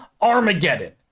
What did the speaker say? Armageddon